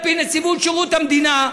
על-פי נציבות שירות המדינה,